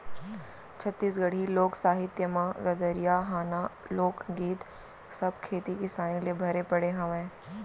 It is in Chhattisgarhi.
छत्तीसगढ़ी लोक साहित्य म ददरिया, हाना, लोकगीत सब खेती किसानी ले भरे पड़े हावय